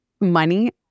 Money